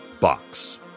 box